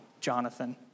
Jonathan